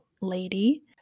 lady